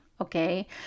Okay